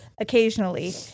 occasionally